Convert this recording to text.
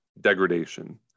degradation